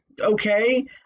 okay